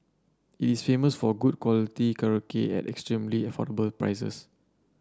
it is famous for good quality karaoke at extremely affordable prices